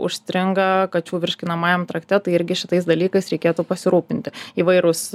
užstringa kačių virškinamajam trakte tai irgi šitais dalykais reikėtų pasirūpinti įvairūs